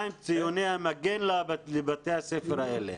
מה עם ציוני המגן לבתי הספר האלה.